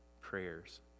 prayers